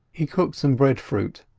he cooked some breadfruit,